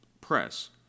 Press